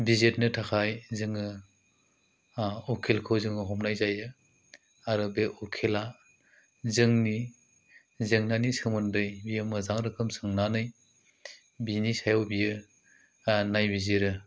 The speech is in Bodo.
बिजिदनो थाखाय जोङो उकिलखौ जोङो हमनाय जायो आरो बे उकिला जोंनि जेंनानि सोमोन्दै बेयो मोजां रोखोम सोंनानै बिनिसायाव बियो नायबिजिरो